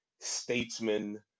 statesman